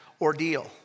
ordeal